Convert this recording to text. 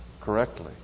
correctly